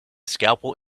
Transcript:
scalpel